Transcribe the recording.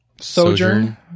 Sojourn